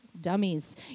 dummies